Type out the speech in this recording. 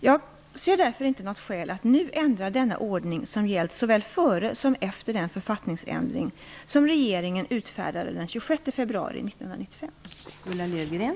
Jag ser därför inte något skäl att nu ändra denna ordning som gällt såväl före som efter den författningsändring som regeringen utfärdade den 26 februari 1995.